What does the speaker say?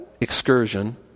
excursion